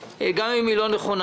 גם אם היא לא נכונה,